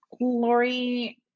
Lori